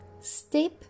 step